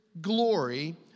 glory